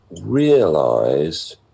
realized